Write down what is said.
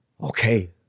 okay